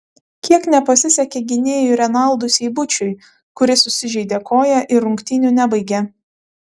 kiek nepasisekė gynėjui renaldui seibučiui kuris susižeidė koją ir rungtynių nebaigė